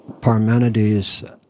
Parmenides